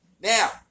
Now